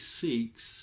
seeks